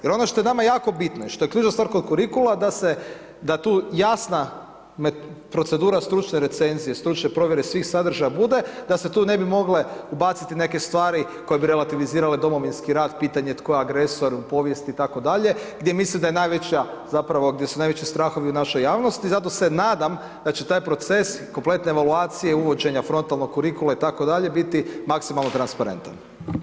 Jer ono što je nama jako bitno i što je ključna stvar kod kurikula da se, da tu jasna procedura stručne recenzije, stručne provjere svih sadržaja bude, da se tu ne bi mogle ubaciti neke stvari koje bi relativizirale Domovinski rat, pitanje tko je agresor u povijesti itd., gdje misli da je najveća, zapravo, gdje su najveći strahovi u našoj javnosti, zato se nadam da će taj proces, kompletne evolvacije, uvođenja frontalnog kurikula itd. biti maksimalno transparentan.